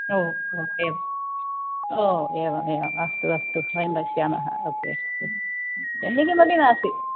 ओ ओ एवम् ओ एवम् एवम् अस्तु अस्तु वयं पश्यामः ओके किमपि नास्ति